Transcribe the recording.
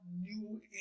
new